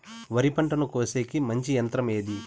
వరి పంటను కోసేకి మంచి యంత్రం ఏది?